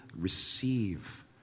receive